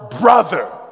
brother